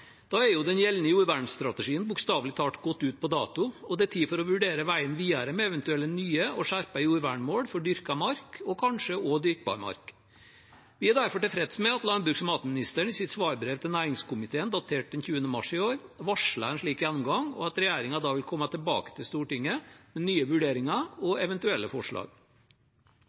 Da er jo den gjeldende jordvernstrategien bokstavelig talt gått ut på dato, og det er tid for å vurdere veien videre med eventuelle nye og skjerpede jordvernmål for dyrket mark og kanskje også dyrkbar mark. Vi er derfor tilfreds med at landbruks- og matministeren i sitt svarbrev til næringskomiteen, datert den 20. mars i år, varslet en slik gjennomgang, og at regjeringen da vil komme tilbake til Stortinget med nye vurderinger og eventuelle forslag.